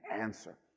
answer